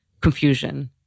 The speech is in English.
confusion